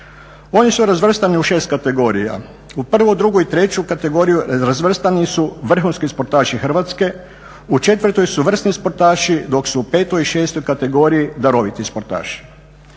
Oni su razvrstani u 6 kategorija. U 1., 2. i 3. kategoriju razvrstani su vrhunski sportaši Hrvatske, u 4. su vrsni sportaši, dok su u 5. i 6. kategoriji daroviti sportaši.